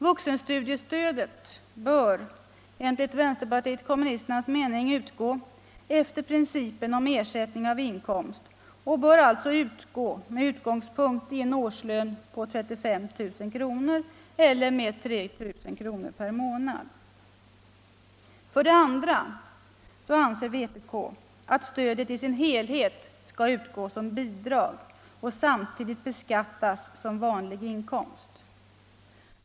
Vuxenstudiestödet bör enligt vpk:s mening beräknas efter principen om ersättning av inkomst och alltså utgå med utgångspunkt i en årslön på 35 000 kr., eller med 3 000 kr. per månad. För det andra anser vpk att stödet i sin helhet skall utgå som bidrag och samtidigt beskattas som vanlig inkomst.